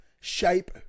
shape